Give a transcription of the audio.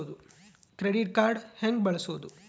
Credit card ಹೆಂಗ ಬಳಸೋದು?